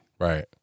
Right